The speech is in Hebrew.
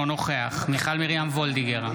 אינו נוכח מיכל מרים וולדיגר,